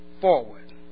forward